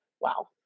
Wow